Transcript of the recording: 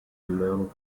amount